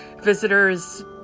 visitors